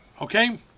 okay